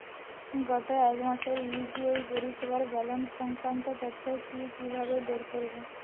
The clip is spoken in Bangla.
গত এক মাসের ইউ.পি.আই পরিষেবার ব্যালান্স সংক্রান্ত তথ্য কি কিভাবে বের করব?